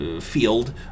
field